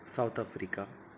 South Africa